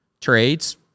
trades